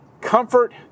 Comfort